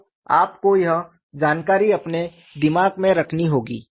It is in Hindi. तो आपको यह जानकारी अपने दिमाग में रखनी होगी